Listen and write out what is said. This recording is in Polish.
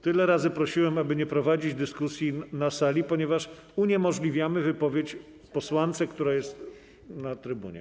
Tyle razy prosiłem, aby nie prowadzić dyskusji na sali, ponieważ uniemożliwiamy wypowiedź posłance, która jest na trybunie.